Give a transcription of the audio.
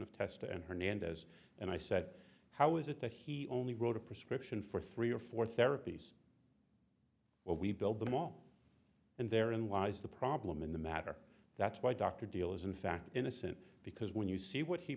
of test and hernandez and i said how is it that he only wrote a prescription for three or four therapies well we build them all and there in lies the problem in the matter that's why dr deal is in fact innocent because when you see what he